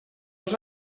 els